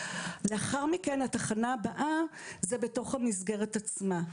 לאחר מכן, התחנה הבאה היא בתוך המסגרת עצמה.